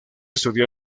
estudió